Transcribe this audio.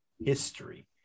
history